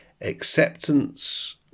Acceptance